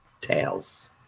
tales